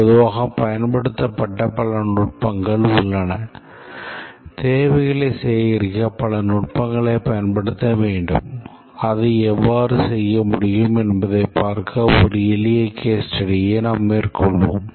பொதுவாக பயன்படுத்தப்பட்ட பல நுட்பங்கள் உள்ளன தேவைகளைச் சேகரிக்க பல நுட்பங்களைப் பயன்படுத்த வேண்டும் அதை எவ்வாறு செய்ய முடியும் என்பதைப் பார்க்க ஒரு எளிய case study நாம் மேற்கொள்வோம்